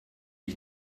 ich